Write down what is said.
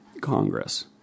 Congress